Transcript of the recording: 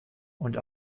und